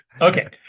Okay